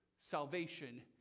salvation